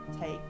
take